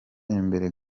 imbere